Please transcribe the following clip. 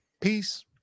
Peace